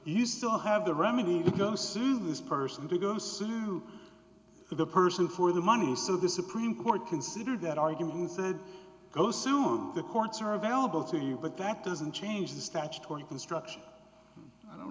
you still have the remedy to go soon this person to go sue the person for the money so the supreme court considered that argument said go soon the courts are available to you but that doesn't change the statutory construction i don't